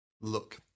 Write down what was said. look